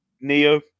Neo